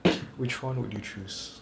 which one would you choose